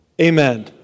Amen